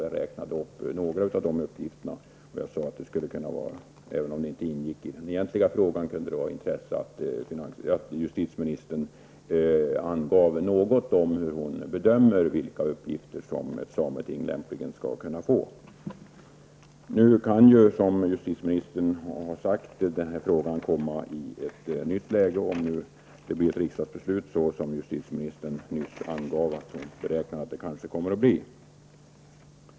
Jag räknade upp några av dessa. Jag sade att det skulle kunna vara av intresse -- även om det inte ingick i den egentliga frågan -- att justitieministern angav något om hur hon bedömer vilka uppgifter som ett sameting lämpligen skall kunna få. Nu kan, som justitieministern har sagt, frågan komma i ett nytt läge om det blir riksdagsbeslut så som justitieministern nyss sade att hon beräknar att det kan bli.